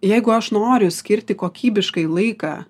jeigu aš noriu skirti kokybiškai laiką